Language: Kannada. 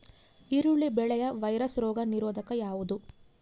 ಈರುಳ್ಳಿ ಬೆಳೆಯ ವೈರಸ್ ರೋಗ ನಿರೋಧಕ ಯಾವುದು?